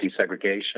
desegregation